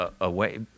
away